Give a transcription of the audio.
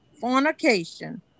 fornication